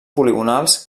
poligonals